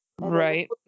Right